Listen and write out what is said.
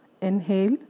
inhale